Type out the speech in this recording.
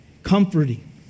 Comforting